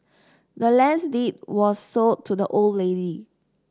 the land's deed was sold to the old lady